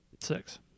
Six